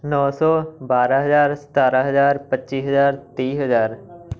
ਨੌ ਸੌ ਬਾਰ੍ਹਾਂ ਹਜ਼ਾਰ ਸਤਾਰ੍ਹਾਂ ਹਜ਼ਾਰ ਪੱਚੀ ਹਜ਼ਾਰ ਤੀਹ ਹਜ਼ਾਰ